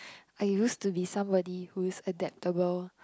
I used to be somebody who is adaptable